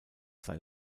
sei